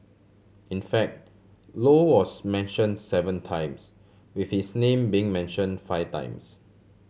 in fact Low was mention seven times with his name being mention five times